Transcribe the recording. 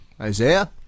Isaiah